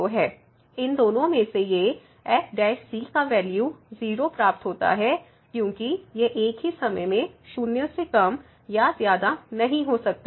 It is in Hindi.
इन दोनों से ये f का वैल्यू 0 प्राप्त होता है क्योंकि ये एक ही समय में शून्य से कम या ज्यादा नही हो सकता